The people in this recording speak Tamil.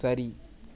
சரி